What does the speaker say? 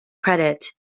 credit